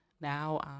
Now